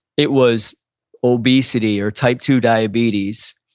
it was obesity or type two diabetes.